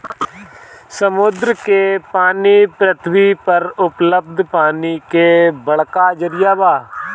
समुंदर के पानी पृथ्वी पर उपलब्ध पानी के बड़का जरिया बा